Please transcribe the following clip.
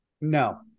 No